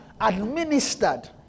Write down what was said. administered